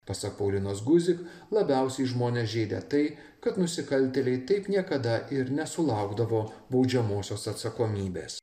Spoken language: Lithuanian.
pasak paulinos guzik labiausiai žmones žeidė tai kad nusikaltėliai taip niekada ir nesulaukdavo baudžiamosios atsakomybės